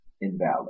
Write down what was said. invalid